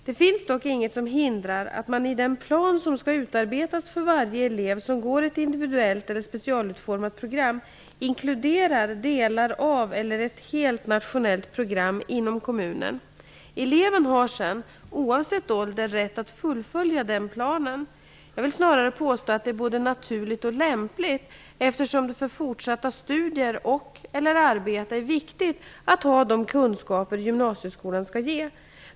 Det finns dock inget som hindrar att man i den plan som skall utarbetas för varje elev som går ett individuellt eller specialutformat program inkluderar delar av eller ett helt nationellt program inom kommunen. Eleven har sedan, oavsett ålder, rätt att fullfölja den planen. Jag vill snarare påstå att det är både naturligt och lämpligt, eftersom det för fortsatta studier och/eller arbete är viktigt att ha de kunskaper gymnasieskolan skall ge.